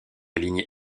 ligne